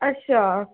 अच्छा